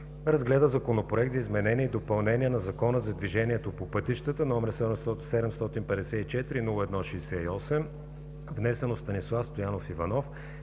гласуване Законопроект за изменение и допълнение на Закона за движението по пътищата, № 754-01-68, внесен от Станислав Стоянов Иванов